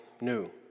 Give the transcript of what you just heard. new